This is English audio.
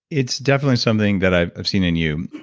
it's definitely something that i've i've seen in you.